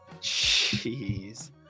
Jeez